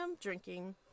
drinking